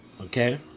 Okay